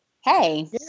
hey